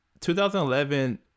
2011